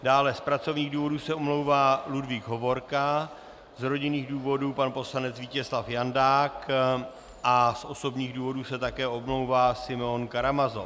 Dále z pracovních důvodů se omlouvá Ludvík Hovorka, z rodinných důvodů pan poslanec Vítězslav Jandák a z osobních důvodů se také omlouvá Simeon Karamazov.